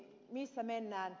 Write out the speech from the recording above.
missä mennään